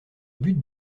but